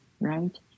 right